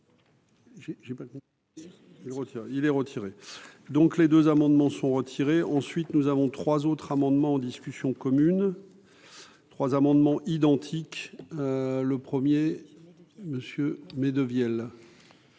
il est retiré, donc les deux amendements sont retirés, ensuite nous avons 3 autres amendements en discussion commune 3 amendements identiques. Le 1er monsieur